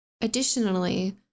Additionally